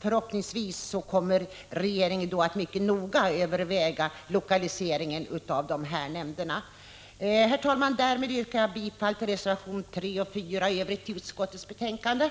Förhoppningsvis kommer regeringen att mycket noga överväga lokaliseringen av dessa nämnder. Herr talman! Därmed yrkar jag bifall till reservationerna 3 och 4 och i Övrigt till utskottets hemställan.